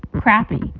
crappy